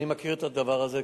אני מכיר את הדבר הזה.